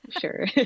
Sure